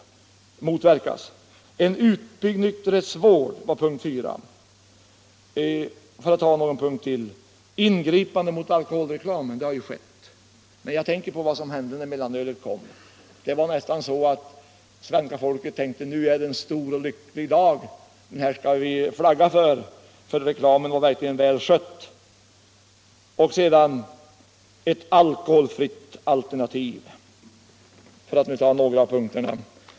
Ingripande mot alkoholreklamen — så lyder ytterligare en punkt. Det har ju skett, men jag tänker på vad som hände när mellanölet kom. Det var nästan så att svenska folket tänkte: Nu är det en stor och lycklig dag. Den skall vi flagga för. Reklamen var verkligen väl skött. Alkoholfritt alternativ — för att ta ännu en punkt.